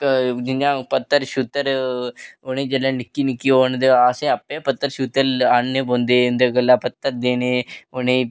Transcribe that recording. जियां पत्तर उ'नें ई जेल्लै निक्के निक्के होन ते असें पत्तर आह्नने पौंदे इं'दे गल्ला पत्तर देने उ'नें ई